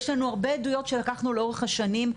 יש לנו הרבה עדויות שלקחנו לאורך השנים,